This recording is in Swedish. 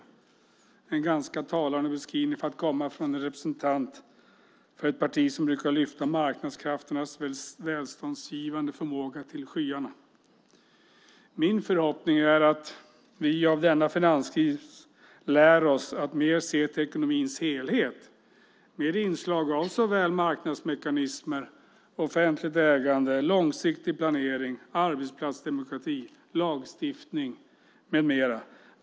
Det är en ganska talande beskrivning för att komma från en representant för ett parti som brukar lyfta marknadskrafternas välståndsgivande förmåga till skyarna. Min förhoppning är att vi av denna finanskris lär oss att mer se till ekonomins helhet, med inslag av marknadsmekanismer, offentligt ägande, långsiktig planering, arbetsplatsdemokrati, lagstiftning med mera.